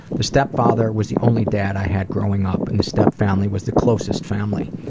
the step father was the only dad i had growing up and the step family was the closest family.